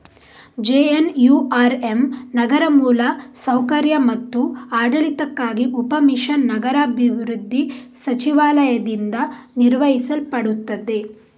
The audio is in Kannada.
ಜೆ.ಎನ್.ಯು.ಆರ್.ಎಮ್ ನಗರ ಮೂಲ ಸೌಕರ್ಯ ಮತ್ತು ಆಡಳಿತಕ್ಕಾಗಿ ಉಪ ಮಿಷನ್ ನಗರಾಭಿವೃದ್ಧಿ ಸಚಿವಾಲಯದಿಂದ ನಿರ್ವಹಿಸಲ್ಪಡುತ್ತದೆ